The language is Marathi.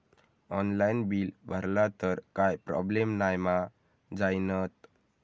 ऑनलाइन बिल भरला तर काय प्रोब्लेम नाय मा जाईनत?